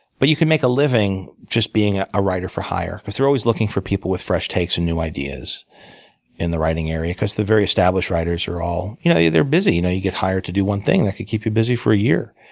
but you can make a living just being ah a writer for hire. because they're always looking for people with fresh takes and new ideas in the writing area, because the very established writers are all you know they're busy. you know you get hired to do one thing, that could keep you busy for a year.